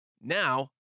Now